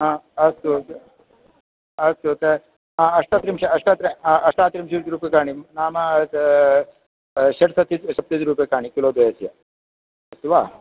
आ अस्तु अस्तु अष्टत्रिंश अष्टात्र अष्ट्त्रिंशत् रूप्यकाणि नाम षट्सप्ततिरूप्यकाणि किलो द्वयस्य अस्तु वा